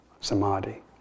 samadhi